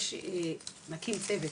אנחנו נקים צוות,